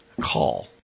call